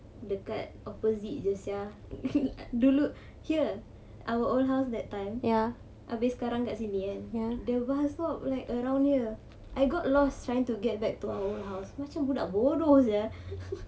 dekat opposite this sia dulu here our old house that time habis sekarang kat sini ya the bus masuk like around here I got lost trying to get back to our old house macam budak bodoh saya